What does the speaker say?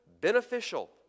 beneficial